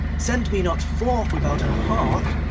send me not forth without a heart.